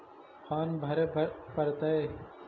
Farm भरे परतय?